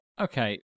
okay